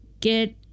get